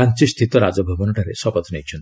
ରାଞ୍ଚିସ୍ଥିତ ରାଜଭବନଠାରେ ଶପଥ ନେଇଛନ୍ତି